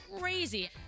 crazy